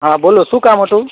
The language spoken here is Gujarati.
બોલો શું કામ હતું